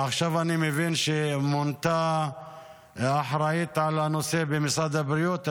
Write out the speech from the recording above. עכשיו אני מבין שמונתה אחראית על הנושא במשרד הבריאות,